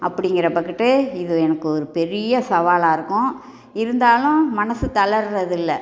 அப்படிங்கிற பக்குட்டு இது எனக்கு ஒரு பெரிய சவாலாக இருக்கும் இருந்தாலும் மனசு தளர்றது இல்லை